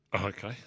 Okay